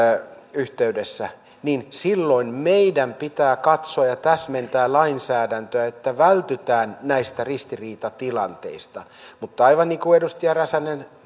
yhteydessä niin silloin meidän pitää katsoa ja täsmentää lainsäädäntöä että vältytään näiltä ristiriitatilanteilta mutta aivan niin kuin edustaja räsänen